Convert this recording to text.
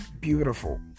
beautiful